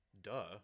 Duh